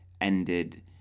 ended